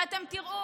ואתם תראו